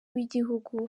w’igihugu